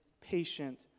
patient